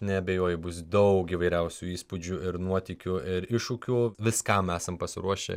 neabejoju bus daug įvairiausių įspūdžių ir nuotykių ir iššūkių viskam esam pasiruošę